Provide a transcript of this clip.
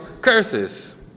curses